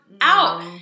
out